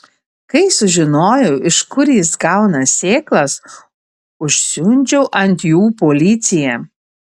kai sužinojau iš kur jis gauna sėklas užsiundžiau ant jų policiją